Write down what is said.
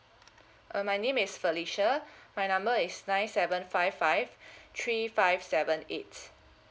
uh my name is felicia my number is nine seven five five three five seven eight